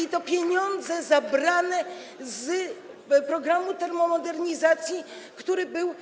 i to pieniądze zabrane z programu termomodernizacji, który dotyczył